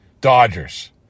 Dodgers